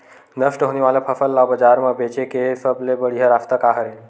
नष्ट होने वाला फसल ला बाजार मा बेचे के सबले बढ़िया रास्ता का हरे?